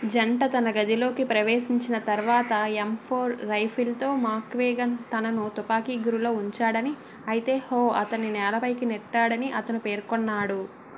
జంట తన గదిలోకి ప్రవేశించిన తర్వాత ఎమ్ ఫోర్ రైఫిల్ తో మాక్గ్వేగన్ తనను తుపాకీ గురిలో ఉంచాడని అయితే హో అతన్ని నేలపైకి నెట్టాడని అతను పేర్కొన్నాడు